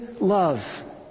love